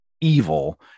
evil